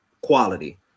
quality